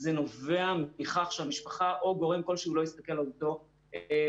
זה נובע מכך שהמשפחה או גורם כלשהו לא הסתכל על אותו קשיש.